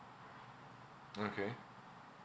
okay